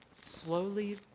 slowly